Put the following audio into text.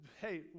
Hey